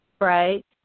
Right